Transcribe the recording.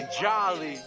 jolly